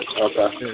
Okay